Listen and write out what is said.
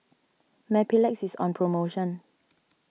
Mepilex is on promotion